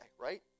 right